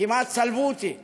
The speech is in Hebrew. כמעט צלבו אותי כולם,